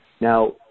Now